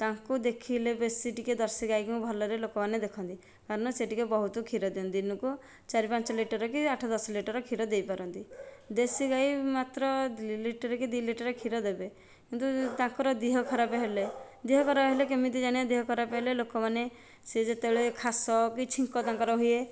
ତାଙ୍କୁ ଦେଖିଲେ ବେଶି ଟିକେ ଜର୍ସି ଗାଈକୁ ମୁଁ ଭଲରେ ଲୋକ ମାନେ ଦେଖନ୍ତି କାରଣ ସେ ଟିକେ ବହୁତ କ୍ଷୀର ଦିଅନ୍ତି ଦିନକୁ ଚାରି ପାଞ୍ଚ ଲିଟର କି ଆଠ ଦଶ ଲିଟର କ୍ଷୀର ଦେଇପାରନ୍ତି ଦେଶୀ ଗାଈ ମାତ୍ର ଲିଟର କି ଦୁଇ ଲିଟର କ୍ଷୀର ଦେବେ କିନ୍ତୁ ତାଙ୍କର ଦେହ ଖରାପ ହେଲେ ଦେହ ଖରାପ ହେଲେ କେମିତି ଜାଣିବା ଦେହ ଖାରପ ହେଲେ ଲୋକ ମାନେ ସେ ଯେତେବେଳେ ଖାସ କି ଛିଙ୍କ ତାଙ୍କର ହୁଏ